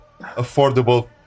Affordable